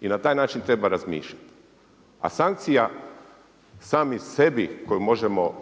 I na taj način treba razmišljati, a sankcija sami sebi koju možemo